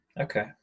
Okay